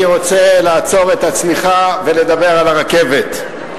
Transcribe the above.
אני רוצה לעצור את הצניחה ולדבר על הרכבת.